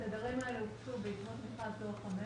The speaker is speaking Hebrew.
התדרים האלה הוקצו בעקבות המכרז דור 5,